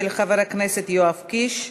של חבר הכנסת יואב קיש,